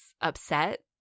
upset